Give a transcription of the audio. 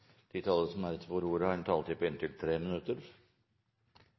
De talere som heretter får ordet, har en taletid på inntil 3 minutter.